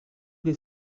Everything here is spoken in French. les